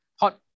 Hot